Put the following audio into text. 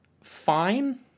fine